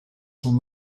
son